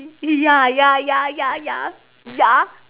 ya ya ya ya ya ya